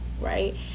right